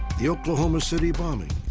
the oklahoma city bombing,